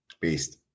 Beast